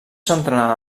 centenar